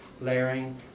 layering